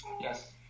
Yes